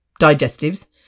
digestives